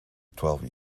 twelve